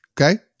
Okay